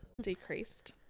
decreased